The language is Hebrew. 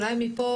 אולי מפה